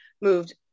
moved